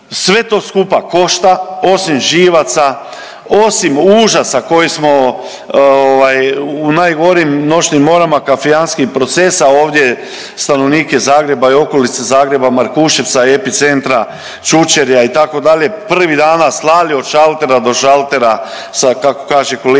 sve to skupa košta osim živaca, osim užasa koji smo u najgorim noćnim morama kafijanskih procesa ovdje stanovnike Zagreba i okolice Zagreba, Markuševca epicentra Čučerja itd. prvih dana slali od šaltera do šaltera sa kako kaže kolegica